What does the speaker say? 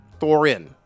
Thorin